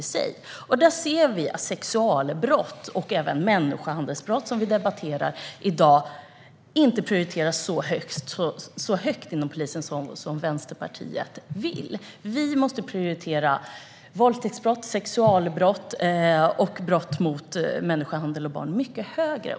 Vi ser att sexualbrott och människohandelsbrott, som vi debatterar i dag, inte prioriteras så högt inom polisen som Vänsterpartiet skulle vilja. Vi måste prioritera våldtäktsbrott, sexualbrott, människohandel och brott mot barn mycket högre.